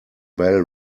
bell